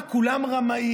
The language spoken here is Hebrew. מה, כולם רמאים?